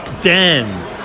den